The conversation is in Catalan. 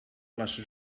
les